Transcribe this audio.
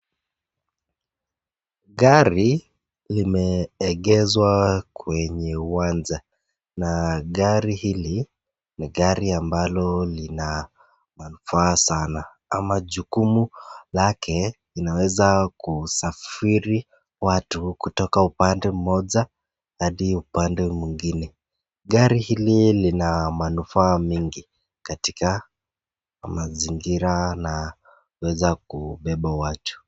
Gari limeegeshwa kwenye uwanja, na gari hili ni gari ambalo lina manufaa sana, ama jukumu lake inaweza kusafiri watu kutoka upande mmoja hadi upande mwingine. Gari hili lina manufaa mingi katika mazingira na kuweza kubeba watu.